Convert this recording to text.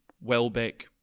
Welbeck